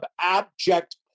abject